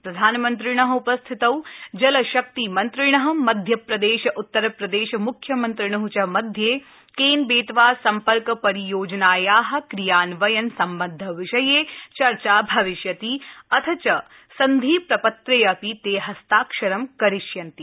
प्रधानमन्त्रिणः उपस्थितौ जल शक्ति मन्त्रिणः मध्यप्रदेश उत्तरप्रदेश मुख्यमन्त्रिणोः च मध्ये केन बेतवा संपर्क परियोजनायाः क्रियान्वयन सम्बद्ध विषये चर्चा भविष्यति अथ च सन्धि प्रपत्रे अपि हस्ताक्षरं करिष्यन्ति